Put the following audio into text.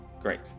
Great